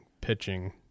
pitching